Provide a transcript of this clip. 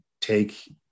take